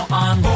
on